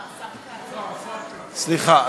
סליחה,